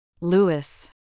Lewis